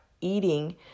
eating